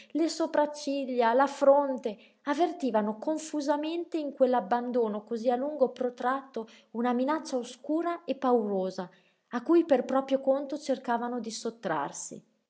le sopracciglia la fronte avvertivano confusamente in quell'abbandono cosí a lungo protratto una minaccia oscura e paurosa a cui per proprio conto cercavano di sottrarsi